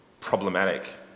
problematic